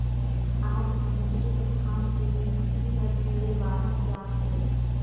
आज समुददरी तुफान के गिनती हर ढेरे बाढ़त जात हे